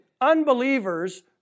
unbelievers